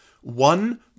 one